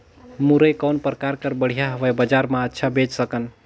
मुरई कौन प्रकार कर बढ़िया हवय? बजार मे अच्छा बेच सकन